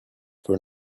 for